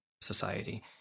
society